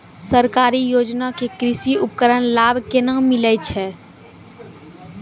सरकारी योजना के कृषि उपकरण लाभ केना मिलै छै?